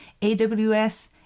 AWS